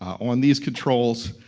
on these controls,